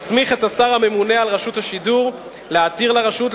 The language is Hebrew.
מסמיך את השר הממונה על רשות השידור להתיר לרשות,